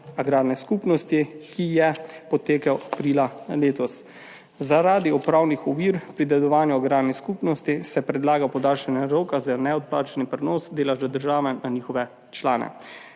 agrarne skupnosti, ki je potekel aprila letos. Zaradi upravnih ovir pri delovanju agrarne skupnosti se predlaga podaljšanje roka za neodplačni prenos deleža države na njihove člane.